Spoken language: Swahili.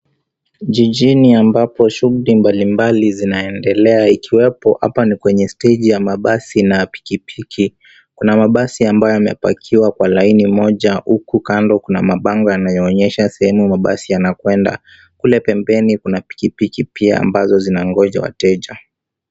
Jijini ambapo shughuli mbalimbali zinaendelea ikiwepo hapa ni kwenye steji ya mabasi na pikipiki. Kuna mabasi ambayo yamepakiwa kwa laini moja huku kando kuna mabango yanayoonyesha sehemu mabasi yanakwenda. Kule pembeni kuna pikipiki pia ambazo zinangoja wateja.